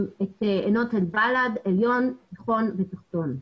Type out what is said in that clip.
את אל בלאד, עליון, תיכון ותחתון.